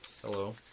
Hello